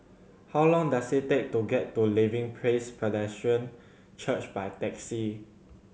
how long does it take to get to Living Praise Presbyterian Church by taxi